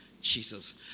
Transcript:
Jesus